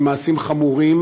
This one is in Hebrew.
הם מעשים חמורים,